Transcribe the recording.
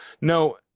No